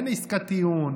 אין עסקת טיעון,